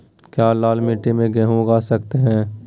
क्या लाल मिट्टी में गेंहु उगा स्केट है?